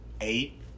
eight